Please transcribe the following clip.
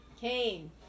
Cain